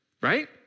right